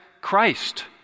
Christ